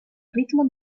ritmo